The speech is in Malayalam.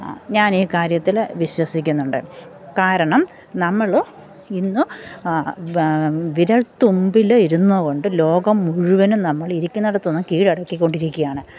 ആ ഞാനീ കാര്യത്തില് വിശ്വസിക്കുന്നുണ്ട് കാരണം നമ്മള് ഇന്ന് വിരൽത്തുമ്പില് ഇരുന്നുകൊണ്ട് ലോകം മുഴുവനും നമ്മള് ഇരിക്കിന്നെടത്തിന്നും കീഴടക്കിക്കൊണ്ടിരിക്കുകയാണ്